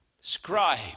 scribe